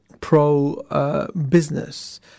pro-business